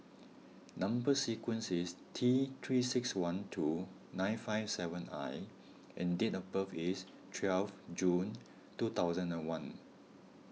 Number Sequence is T three six one two nine five seven I and date of birth is twelve June two thousand and one